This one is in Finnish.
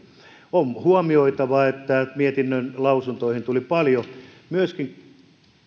on huomioitava että mietinnön lausuntoihin tuli paljon myöskin